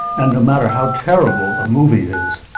and no matter how terrible a movie is,